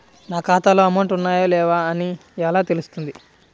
నా ఖాతాలో అమౌంట్ ఉన్నాయా లేవా అని ఎలా తెలుస్తుంది?